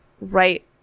right